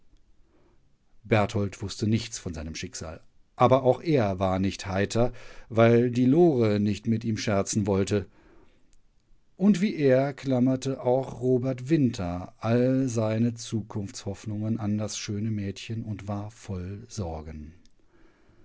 berthold wußte nichts von seinem schicksal aber auch er war nicht heiter weil die lore nicht mit ihm scherzen wollte und wie er klammerte auch robert winter all seine zukunftshoffnungen an das schöne mädchen und war voll sorgen